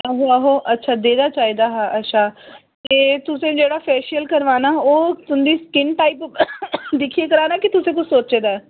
आहो आहो अच्छा देहरा चाहिदा हा अच्छा ते तुसें ईं जेह्ड़ा फेशियल करवाना हा ओह् तुं'दी स्किन गी दिक्खियै कराना के तुसें किश सोच्चे दा ऐ